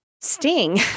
Sting